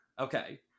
Okay